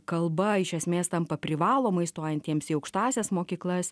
kalba iš esmės tampa privalomais stojantiems į aukštąsias mokyklas